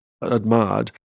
admired